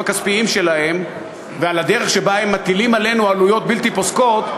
הכספיים שלהם ועל הדרך שבה הם מטילים עלינו עלויות בלתי פוסקות.